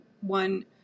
one